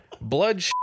Blood